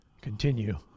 Continue